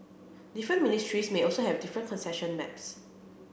different ministries may also have different concession maps